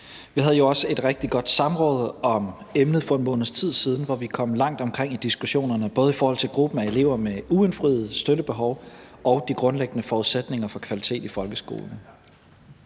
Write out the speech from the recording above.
Vi havde jo også et rigtig godt samråd om emnet for en måneds tid siden, hvor vi kom langt omkring i diskussionerne, både i forhold til gruppen af elever med uindfriede støttebehov og de grundlæggende forudsætninger for kvalitet i folkeskolen.